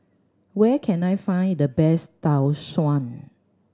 where can I find the best Tau Suan